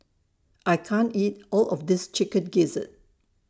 I can't eat All of This Chicken Gizzard